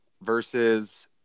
versus